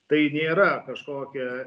tai nėra kažkokia